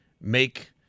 make